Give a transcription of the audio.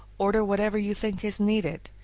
order whatever you think is needed,